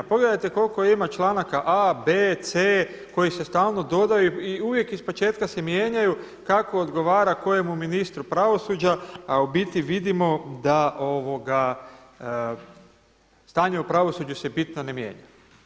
Pogledajte koliko ima članaka a, b, c koji se stalno dodaju i uvijek iz početka se mijenjaju kako odgovara kojemu ministru pravosuđa, a u biti vidimo da se stanje u pravosuđu bitno ne mijenja.